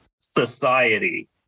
society